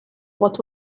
what